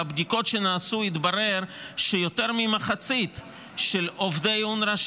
בבדיקות שנעשו התברר שיותר ממחצית של עובדי אונר"א,